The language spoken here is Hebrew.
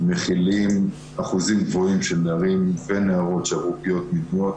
מכילים אחוזים גבוהים של נערים ונערות שעברו פגיעות מיניות.